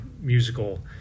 musical